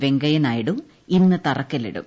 വെങ്കയ്യനായിഡു ഇന്ന് തറക്കല്ലിടും